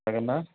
जागोन ना